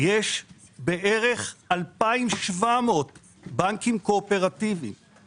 יש בערך 2,700 בנקים קואופרטיבים,